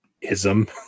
ism